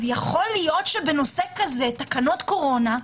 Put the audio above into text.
אז יכול להיות שבנושא כזה, תקנות קורונה,